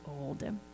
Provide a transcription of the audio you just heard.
old